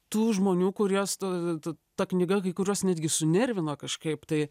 tų žmonių kuriuos tu tu ta knyga kai kurios netgi sunervino kažkaip tai